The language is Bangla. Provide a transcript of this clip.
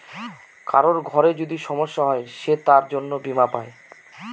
কারোর ঘরে যদি সমস্যা হয় সে তার জন্য বীমা পাই